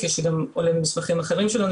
כפי שגם עולה ממסמכים אחרים שלנו,